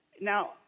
Now